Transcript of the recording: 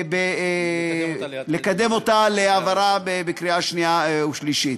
ולקדם אותה להעברה בקריאה שנייה ושלישית.